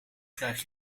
krijg